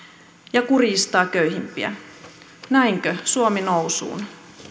ja kurjistaa köyhimpiä näinkö suomi nousuun